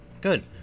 Good